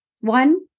One